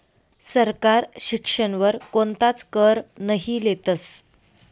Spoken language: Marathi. सरकार शिक्षण वर कोणताच कर नही लेतस